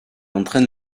entraîne